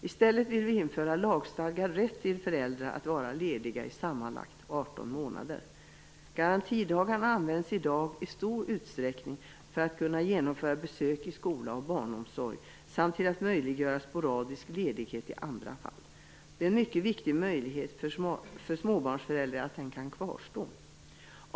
I stället vill vi införa lagstadgad rätt till föräldrar att vara lediga i sammanlagt 18 månader. Garantidagarna används i dag i stor utsträckning för att genomföra besök i skola och hos barnomsorg samt till att möjliggöra sporadisk ledighet i andra fall. Det är en mycket viktig möjlighet för småbarnsföräldrar att den kan kvarstå.